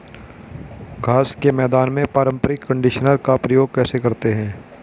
घास के मैदान में पारंपरिक कंडीशनर का प्रयोग कैसे करते हैं?